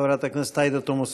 חברת הכנסת עאידה תומא סלימאן,